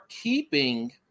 keeping